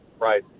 Right